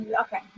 Okay